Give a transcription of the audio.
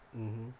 mmhmm